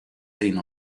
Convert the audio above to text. sitting